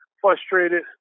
frustrated